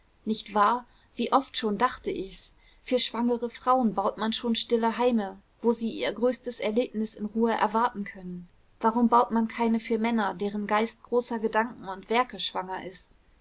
nicht wahr wie oft schon dachte ich's für schwangere frauen baut man schon stille heime wo sie ihr größtes erlebnis in ruhe erwarten können warum baut man keine für männer deren geist großer gedanken und werke schwanger ist